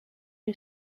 you